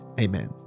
Amen